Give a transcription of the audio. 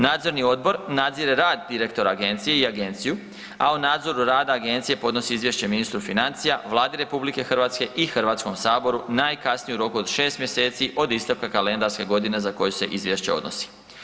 Nadzorni odbor nadzire rad direktora agencije i agenciju, a o nadzoru rada agencije podnosi izvješću ministru financija, Vladi RH i HS-u najkasnije u roku od šest mjeseci od isteka kalendarske godine za koju se izvješće odnosi.